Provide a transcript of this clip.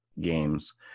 games